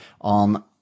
on